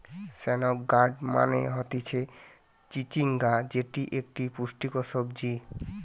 snake gourd মানে হতিছে চিচিঙ্গা যেটি একটো পুষ্টিকর সবজি